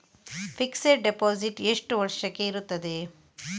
Fixed deposit ಎಷ್ಟು ವರ್ಷಕ್ಕೆ ಇರುತ್ತದೆ?